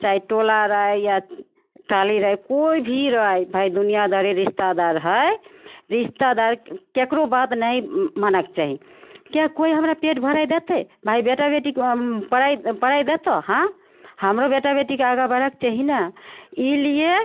चाहे टोला रहय या टाली रहय कोइ भी रहय भाय दुनिआ दारी रिश्तेदार हइ रिश्तेदार ककरो बात नहि मानऽके चाही किएक कोइ हमरा पेट भरि देतय माय बेटा बेटी पराइ पराइ देतो हाँ हमरो बेटा बेटीके आगा बढ़ऽके चाही नहि ई लिये